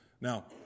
Now